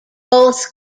both